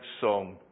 song